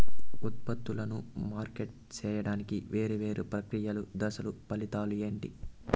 ఉత్పత్తులను మార్కెట్ సేయడానికి వేరువేరు ప్రక్రియలు దశలు ఫలితాలు ఏంటి?